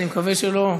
אני מקווה שלא,